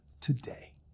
today